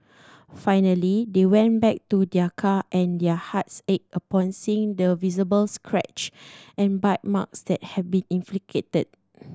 finally they went back to their car and their hearts ached upon seeing the visible scratch and bite marks that had been inflicted